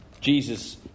Jesus